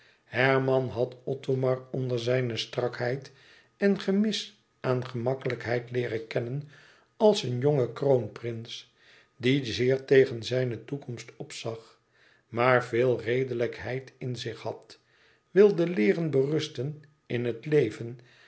herman had othomar onder zijne strakheid en gemis aan gemakkelijkheid leeren kennen als een jongen kroonprins die zeer tegen zijne toekomst opzag maar veel redelijkheid in zich had wilde leeren berusten in het leven